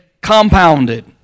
compounded